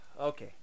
okay